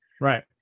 Right